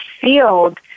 field